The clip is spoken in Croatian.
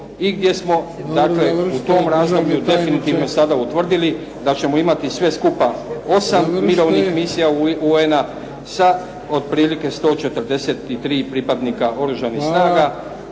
i gdje smo dakle u tom razdoblju destruktivno sada utvrdili da ćemo imati sve skupa 8 mirovnih misija UN-a sa otprilike 143 pripadnika oružanih snaga.